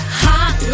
hot